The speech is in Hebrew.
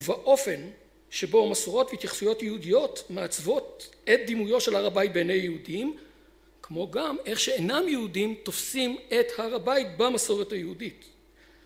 ואופן שבו המסורות והתייחסויות היהודיות מעצבות את דימויו של הר הבית בעיני יהודים כמו גם איך שאינם יהודים תופסים את הר הבית במסורת היהודית